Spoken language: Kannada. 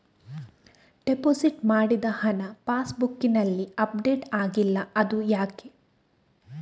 ಡೆಪೋಸಿಟ್ ಮಾಡಿದ ಹಣ ಪಾಸ್ ಬುಕ್ನಲ್ಲಿ ಅಪ್ಡೇಟ್ ಆಗಿಲ್ಲ ಅದು ಯಾಕೆ?